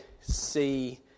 see